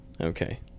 Okay